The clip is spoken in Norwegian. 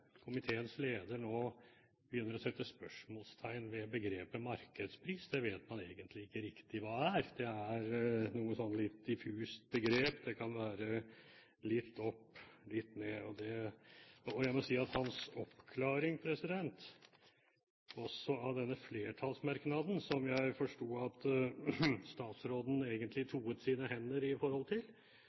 komiteens leder nå begynner å sette spørsmålstegn ved begrepet «markedspris». Det vet man egentlig ikke riktig hva er. Det er et litt diffust begrep. Det kan være litt opp, litt ned. Når det gjaldt hans oppklaring rundt denne flertallsmerknaden – som jeg forsto at statsråden egentlig toet sine hender i forhold til,